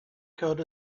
cut